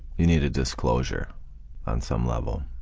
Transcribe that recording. you need a disclosure on some level,